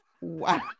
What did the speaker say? wow